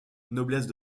noblesse